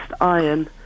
iron